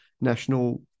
national